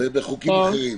בחוקים אחרים.